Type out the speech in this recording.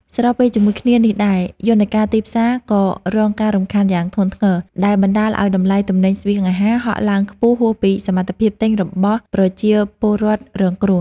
ស្របពេលជាមួយគ្នានេះដែរ យន្តការទីផ្សារក៏រងការរំខានយ៉ាងធ្ងន់ធ្ងរ ដែលបណ្តាលឱ្យតម្លៃទំនិញស្បៀងអាហារហក់ឡើងខ្ពស់ហួសពីសមត្ថភាពទិញរបស់ប្រជាពលរដ្ឋរងគ្រោះ។